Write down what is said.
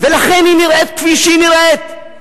ולכן היא נראית כפי שהיא נראית,